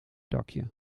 dakje